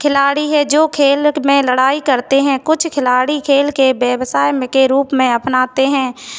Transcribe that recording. खिलाड़ी है जो खेल में लड़ाई करते हैं कुछ खिलाड़ी खेल के व्यवसाय में के रूप में अपनाते हैं